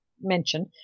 mention